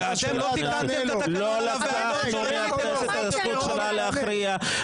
לא לקחנו מהכנסת את הזכות שלה להכריע,